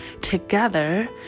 together